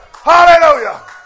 Hallelujah